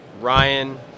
Ryan